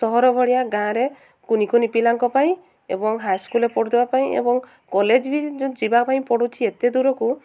ସହର ଭଳିଆ ଗାଁ'ରେ କୁନି କୁନି ପିଲାଙ୍କ ପାଇଁ ଏବଂ ହାଇସ୍କୁଲ୍ରେ ପଢ଼ୁଥିବା ପାଇଁ ଏବଂ କଲେଜ୍ ବି ଯୋଉ ଯିବା ପାଇଁ ପଡ଼ୁଛି ଏତେ ଦୂରକୁ